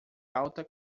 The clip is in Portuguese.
alta